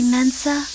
Mensa